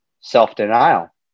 self-denial